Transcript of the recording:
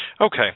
Okay